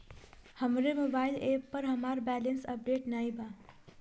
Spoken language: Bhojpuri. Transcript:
हमरे मोबाइल एप पर हमार बैलैंस अपडेट नाई बा